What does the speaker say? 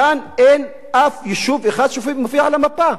כאן אין אף יישוב אחד שמופיע על המפה.